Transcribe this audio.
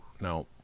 no